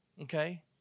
Okay